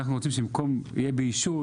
אנחנו רוצים שבמקום יהיה "באישור",